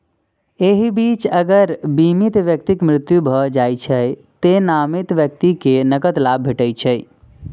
एहि बीच अगर बीमित व्यक्तिक मृत्यु भए जाइ छै, तें नामित व्यक्ति कें नकद लाभ भेटै छै